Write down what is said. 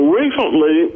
recently